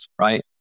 right